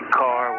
car